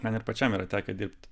man ir pačiam yra tekę dirbti